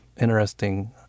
interesting